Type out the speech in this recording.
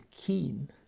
keen